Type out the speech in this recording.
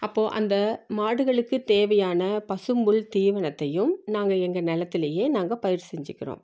அப்போது அந்த மாடுகளுக்கு தேவையான பசும்புல் தீவனத்தையும் நாங்கள் எங்கள் நெலத்துலேயே நாங்கள் பயிர் செஞ்சுக்கிறோம்